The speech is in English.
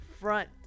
front